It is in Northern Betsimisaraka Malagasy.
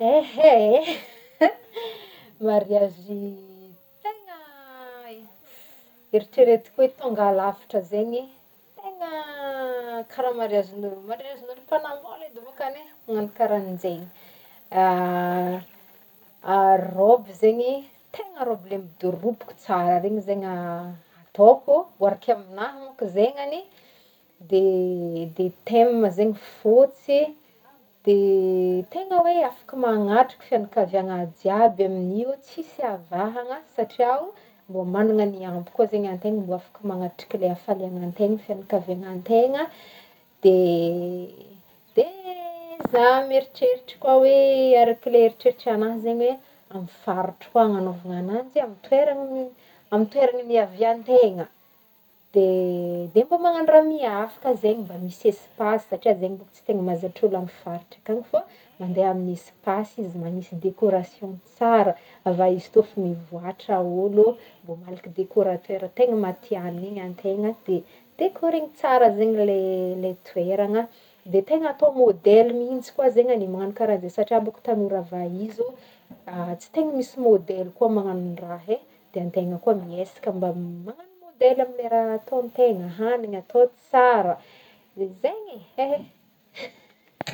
Ehe, mariazy tegna eritreretiko hoe tonga lafatra zegny, tegna karaha mariazy- mariazin'olo mpanambola edy bôkany e, magnagno karaha zegny robe zegny tegna robe ilay midoroboka tsara regny zegny ataoko, hoariko amignahy manko zegny any, dia theme zegny fôtsy, dia tegna hoe afaky magnatriky fianankavigna jiaby amin'io tsisy avahana satria ho mbô managna ny ampy ko zagny antegna mbô afaky magnatriky hafaliagnantegna gny fianakaviagnantegna, dia izaho mieritreritry koa hoe arakin'ny eritreritragnahy zegny hoe amy faritra koa ananaovagna anjy amy toerana niaviantegna, dia- dia mbô magnagno raha miavaka zegny, dia mbô misy espace satria zegny bôko tsy tena mahazatra olo amy faritra akany fô, mandeha amin'ny espace, magnisy decoration tsara, ava izy tô efa mivoàtra olo, mbô malaky decorateur tegna matihanina, igny antegna dia decoregny tsara zegny le- le toerana dia tegna atao modele mihintsy koa zegny le magnagno karanjegny satria tanora vahizo tsy tegna misy modele koa magnagno raha eny, dia antegna koa miezaka mba magnagno modele amy raha ataontegna, hanigny atao tsara, dia izay e ehe.